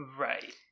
right